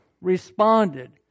responded